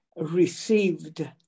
received